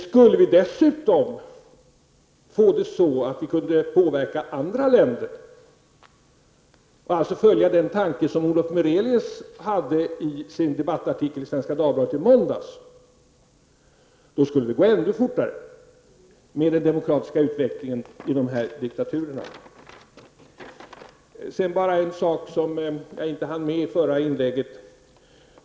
Skulle vi dessutom få det så att vi kunde påverka andra länder, alltså följa den tanke Olof Murelius hade i sin artikel i Svenska Dagbladet i måndags, då skulle det gå ännu fortare med den demokratiska utvecklingen i dessa diktaturer. Sedan bara en sak som jag inte hann med i förra inlägget.